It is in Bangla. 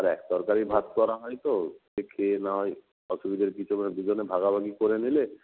আর এক তরকারি ভাত করা হয় তো সে খেয়ে নেওয়াই অসুবিধার কিছু দুজনে ভাগাভাগি করে নিলে